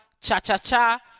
Cha-Cha-Cha